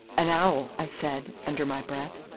an owl, i said, under my breath.